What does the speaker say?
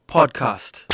Podcast